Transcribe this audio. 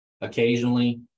occasionally